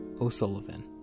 O'Sullivan